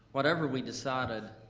whatever we decided,